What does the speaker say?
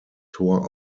tor